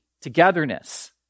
togetherness